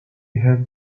had